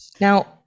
now